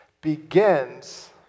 begins